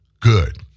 good